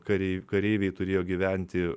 kariai kareiviai turėjo gyventi